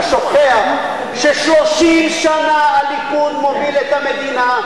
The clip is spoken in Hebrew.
אתה שוכח ש-30 שנה הליכוד מוביל את המדינה,